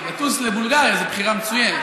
לטוס לבולגריה זו בחירה מצינת,